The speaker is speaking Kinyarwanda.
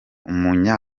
umunya